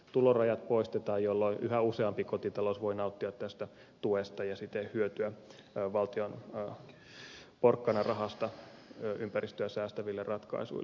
tulorajat poistetaan jolloin yhä useampi kotitalous voi nauttia tästä tuesta ja siten hyötyä valtion porkkanarahasta ympäristöä säästäville ratkaisuille